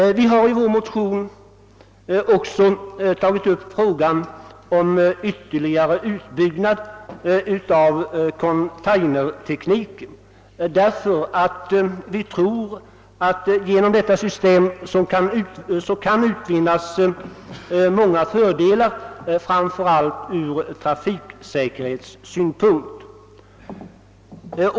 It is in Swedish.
Vi har i vår motion också tagit upp frågan om ytterligare utbyggnad av containertekniken därför att vi tror att man genom detta system kan utvinna många fördelar, framför allt ur trafiksäkerhetssynpunkt.